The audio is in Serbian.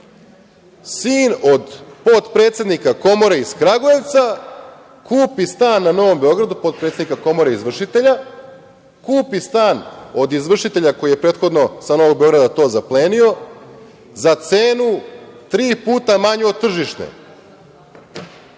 Sin od potpredsednika Komore iz Kragujevca kupi stan na Novom Beogradu potpredsednika Komore izvršitelja, kupi stan od izvršitelja koji je prethodno sa Novog Beograda to zaplenio za cenu tri puta manju od tržišne.